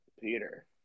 Peter